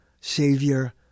savior